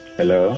Hello